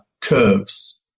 curves